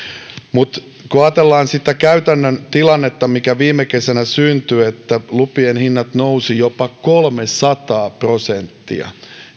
mutta kun ajatellaan sitä käytännön tilannetta mikä viime kesänä syntyi että lupien hinnat nousivat jopa kolmesataa prosenttia